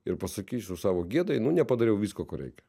ir pasakysiu savo gėdai nu nepadariau visko ko reikia